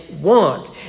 want